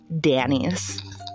Danny's